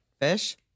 Fish